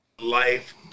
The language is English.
life